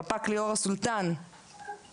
רפ"ק ליאורה סולטן, בבקשה.